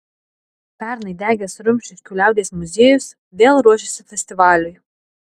pernai degęs rumšiškių liaudies muziejus vėl ruošiasi festivaliui